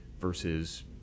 versus